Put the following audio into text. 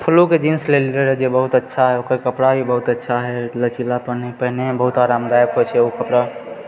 फ्लूके jeans लेने रहियै बहुत अच्छा है ओकर कपड़ा भी बहुत अच्छा है लचीलापन पहिरेमे बहुत आरामदायक होइ छै ओ कपड़ा